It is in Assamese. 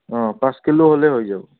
অঁ পাঁচ কিলো হ'লেই হৈ যাব